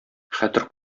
хәтер